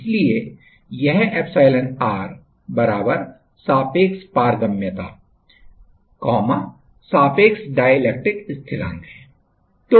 इसलिए यह एप्सिलॉनr सापेक्ष पारगम्यता सापेक्ष डाइलेक्ट्रिक स्थिरांक है